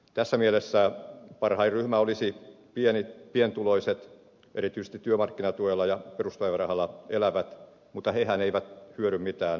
tässä mielessä parhain ryhmä olisi pienituloiset erityisesti työmarkkinatuella ja peruspäivärahalla elävät mutta hehän eivät hyödy mitään veronkevennyksistä